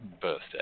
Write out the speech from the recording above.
Birthday